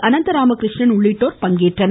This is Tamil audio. அனந்த ராமகிருஷ்ணன் உள்ளிட்டோர் பங்கேற்றனர்